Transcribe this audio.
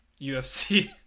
ufc